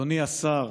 אדוני השר,